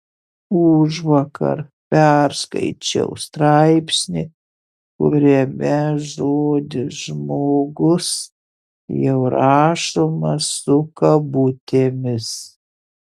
užvakar perskaičiau straipsnį kuriame žodis žmogus jau rašomas su kabutėmis